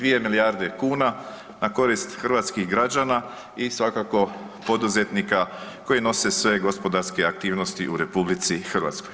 2 milijarde kuna na korist hrvatskih građana i svakako poduzetnika koji nose sve gospodarske aktivnosti u RH.